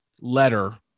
letter